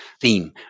theme